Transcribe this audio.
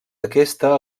aquesta